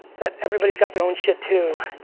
that everybody's got their own shit too,